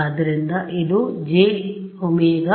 ಆದ್ದರಿಂದ ಇದು jωμH